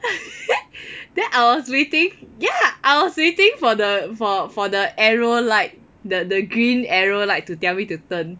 then I was waiting ya I was waiting for the for the arrow light the the green arrow light to tell me to turn